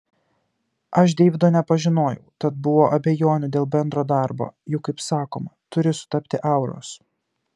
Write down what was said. aš deivido nepažinojau tad buvo abejonių dėl bendro darbo juk kaip sakoma turi sutapti auros